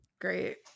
great